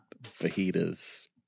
fajitas